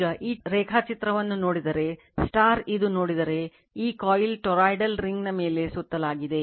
ಈಗ ಈ ರೇಖಾಚಿತ್ರವನ್ನು ನೋಡಿದರೆ ಇದು ನೋಡಿದರೆ ಈ ಕಾಯಿಲ್ ಟೊರೊಯ್ಡಲ್ ರಿಂಗ್ನ ಮೇಲೆ ಸುತ್ತಲಾಗಿದೆ